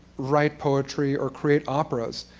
write poetry, or create operas.